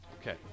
Okay